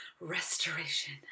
Restoration